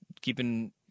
keeping